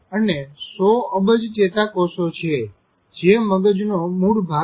અને 100 અબજ ચેતાકોષો છે જે મગજનો મૂળ ભાગ છે